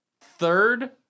third